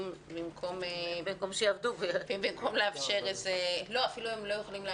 במקום לאפשר אפילו אם הם לא יכולים לעבוד,